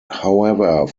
however